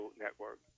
network